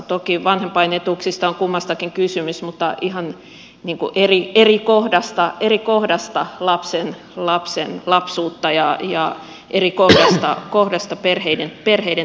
toki vanhempainetuuksista on kummassakin kysymys mutta ihan eri kohdasta lapsen lapsuutta ja eri kohdasta perheiden tilannetta